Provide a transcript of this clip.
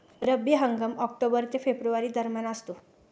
रब्बी हंगाम ऑक्टोबर ते फेब्रुवारी दरम्यान असतो